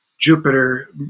Jupiter